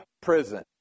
prison